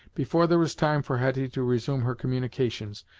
before there was time for hetty to resume her communications,